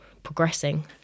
progressing